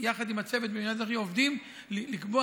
והצוות במינהל האזרחי עובדים לקבוע